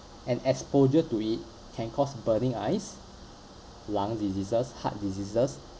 and exposure to it can cause burning eyes lung diseases heart diseases